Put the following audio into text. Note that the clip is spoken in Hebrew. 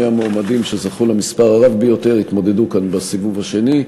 שני המועמדים שזכו למספר הרב ביותר יתמודדו כאן בסיבוב השני,